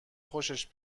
خوشش